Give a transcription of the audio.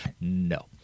no